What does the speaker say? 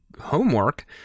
homework